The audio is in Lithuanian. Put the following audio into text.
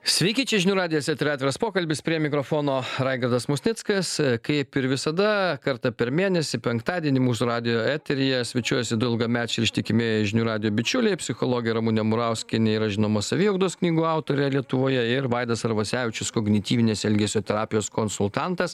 sveiki čia žinių radijas tai yra atviras pokalbis prie mikrofono raigardas musnickas kaip ir visada kartą per mėnesį penktadienį mūsų radijo eteryje svečiuojasi du ilgamečiai ir ištikimi žinių radijo bičiuliai psichologė ramunė murauskienė yra žinoma saviugdos knygų autorė lietuvoje ir vaidas arvasevičius kognityvinės elgesio terapijos konsultantas